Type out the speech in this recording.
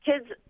Kids